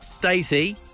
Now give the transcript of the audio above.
Daisy